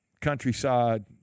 countryside